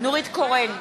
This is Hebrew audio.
נורית קורן,